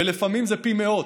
ולפעמים זה פי מאות.